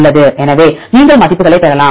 உள்ளது எனவே நீங்கள் மதிப்புகளைப் பெறலாம்